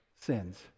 sins